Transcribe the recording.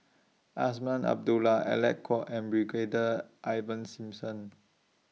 Azman Abdullah Alec Kuok and Brigadier Ivan Simson